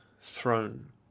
throne